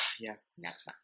Yes